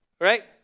Right